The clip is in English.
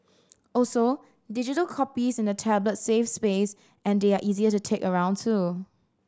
also digital copies in a tablet save space and they are easier to take around too